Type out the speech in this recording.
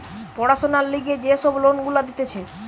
পড়াশোনার লিগে যে সব লোন গুলা দিতেছে